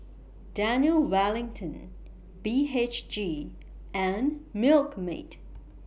Daniel Wellington B H G and Milkmaid